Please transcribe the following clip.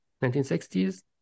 1960s